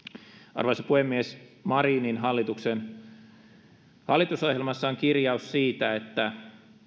arvoisa puhemies marinin hallituksen hallitusohjelmassa on kirjaus siitä että